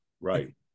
Right